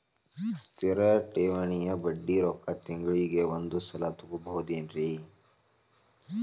ಸ್ಥಿರ ಠೇವಣಿಯ ಬಡ್ಡಿ ರೊಕ್ಕ ತಿಂಗಳಿಗೆ ಒಂದು ಸಲ ತಗೊಬಹುದೆನ್ರಿ?